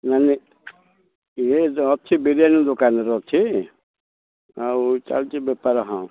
ନାଇଁ ନାଇଁ ଇଏ ଯେଉଁ ଅଛି ବିରିୟାନୀ ଦୋକାନରେ ଅଛି ଆଉ ଚାଲିଛି ବେପାର ହଁ